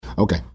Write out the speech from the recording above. Okay